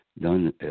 done